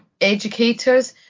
educators